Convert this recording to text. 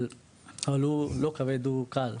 אבל הוא לא כבד, הוא קל.